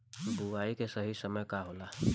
बुआई के सही समय का होला?